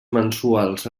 mensuals